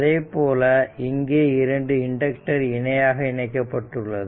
அதைப்போல இங்கே 2 இண்டக்டர் இணையாக இணைக்கப்பட்டுள்ளது